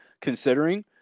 considering